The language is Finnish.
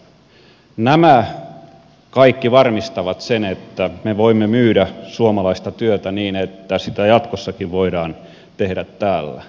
nämä kaikki varmistavat sen että me voimme myydä suomalaista työtä niin että sitä jatkossakin voidaan tehdä täällä